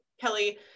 Kelly